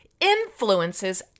influences